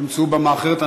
תמצאו במה אחרת.